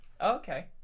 Okay